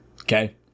Okay